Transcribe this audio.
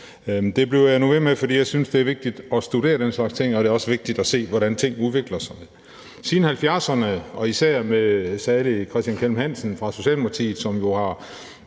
Det bliver jeg nu ved med, for jeg synes, det er vigtigt at studere den slags ting, og det er også vigtigt at se, hvordan ting udvikler sig. Siden 70'erne og især med salig Christian Kelm-Hansen fra Socialdemokratiet, som jo i